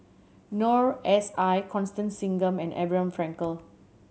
Noor S I Constance Singam and Abraham Frankel